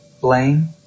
Blame